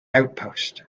outpost